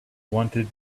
wanted